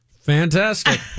fantastic